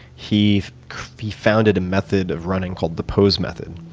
he founded a method of running called the pose method.